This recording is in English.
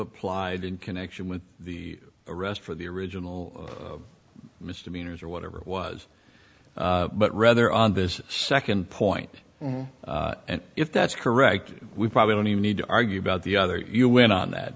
applied in connection with the arrest for the original misdemeanors or whatever it was but rather on this second point and if that's correct we probably don't even need to argue about the other you went on that